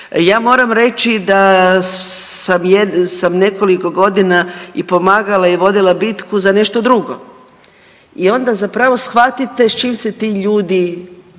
Ja moram reći da sam nekoliko godina i pomagala i vodila bitku za nešto drugo i onda zapravo shvatite s čim se ti ljudi